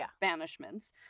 banishments